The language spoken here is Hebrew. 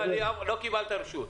אל תפריע לי, לא קיבלת רשות.